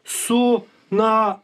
su na